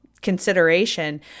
consideration